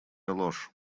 ложь